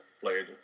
played